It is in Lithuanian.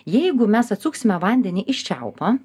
jeigu mes atsuksime vandenį iš čiaupo